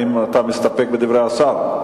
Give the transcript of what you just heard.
האם אתה מסתפק בדברי השר?